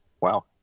Wow